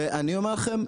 ואני אומר לכם,